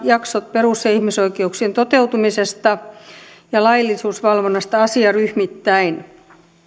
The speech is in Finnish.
jaksot perus ja ihmisoikeuksien toteutumisesta ja laillisuusvalvonnasta asiaryhmittäin